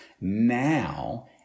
Now